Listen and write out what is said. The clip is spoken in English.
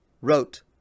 wrote